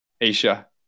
Asia